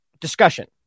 discussion